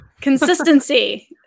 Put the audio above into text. Consistency